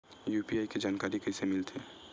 UPI के जानकारी कइसे मिलही?